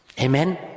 Amen